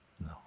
No